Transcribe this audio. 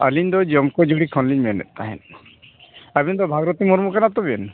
ᱟᱹᱞᱤᱧ ᱫᱚ ᱡᱟᱹᱢᱠᱟᱹᱡᱷᱩᱲᱤ ᱠᱷᱚᱱᱞᱤᱧ ᱢᱮᱱᱮᱫ ᱛᱟᱦᱮᱸᱫ ᱟᱹᱵᱤᱱ ᱫᱚ ᱵᱷᱟᱨᱚᱛᱤ ᱢᱩᱨᱢᱩ ᱠᱟᱱᱟ ᱛᱚᱵᱤᱱ